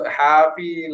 happy